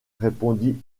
répondit